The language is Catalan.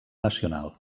nacional